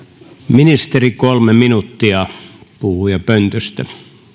ministeri kolme minuuttia puhujapöntöstä